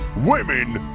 women,